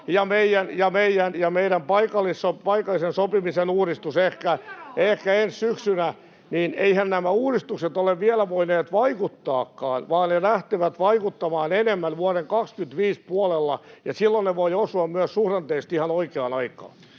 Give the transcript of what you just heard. ei ole näkynyt siinä paketissa!] niin eiväthän nämä uudistukset ole vielä voineet vaikuttaakaan, vaan ne lähtevät vaikuttamaan enemmän vuoden 25 puolella, ja silloin ne voivat osua myös suhdanteisesti ihan oikeaan aikaan.